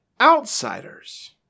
outsiders